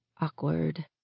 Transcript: Awkward